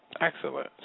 Excellent